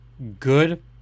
Good